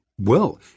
Well